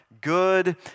good